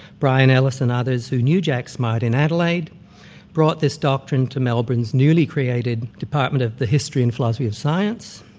brian ellis and others who knew jack smart in adelaide brought this doctrine to melbourne's newly created department of the history and philosophy of science,